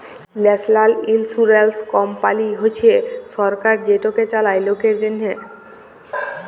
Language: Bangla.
ল্যাশলাল ইলসুরেলস কমপালি হছে সরকার যেটকে চালায় লকের জ্যনহে